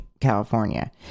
california